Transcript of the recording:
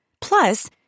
Plus